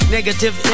Negative